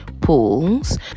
pools